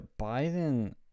Biden